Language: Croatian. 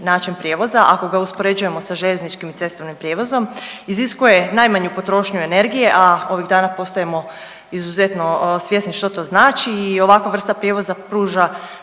način prijevoza ako ga uspoređujemo sa željezničkim i cestovnim prijevozom, iziskuje najmanju potrošnju energije, a ovih dana postajemo izuzetno svjesni što to znači i ovakva vrsta prijevoza pruža